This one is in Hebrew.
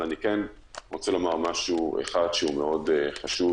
אבל אני רוצה לומר משהו שהוא מאוד חשוב,